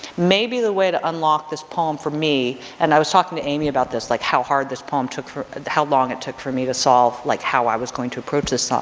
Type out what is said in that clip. maybe the way to unlock this poem for me, and i was talking to amy about this like how hard this poem took, how long it took for me to solve, like how i was going to approach this, ah